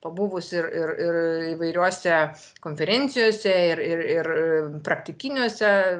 pabuvus ir ir ir įvairiuose konferencijose ir ir ir praktikiniuose